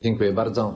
Dziękuję bardzo.